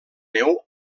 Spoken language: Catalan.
neu